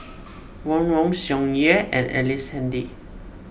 Ron Wong Tsung Yeh and Ellice Handy